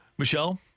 Michelle